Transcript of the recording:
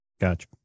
Gotcha